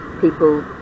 people